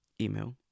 email